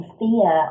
fear